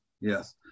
yes